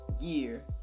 year